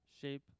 shape